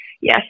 Yes